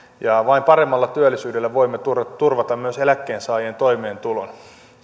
ja vain paremmalla työllisyydellä voimme turvata turvata myös eläkkeensaajien toimeentulon